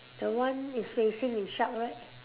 the one is facing the shark right